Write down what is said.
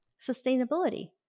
Sustainability